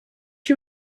you